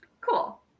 Cool